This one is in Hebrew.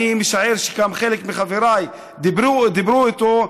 אני משער שגם חלק מחבריי דיברו איתו.